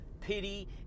pity